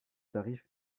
tarif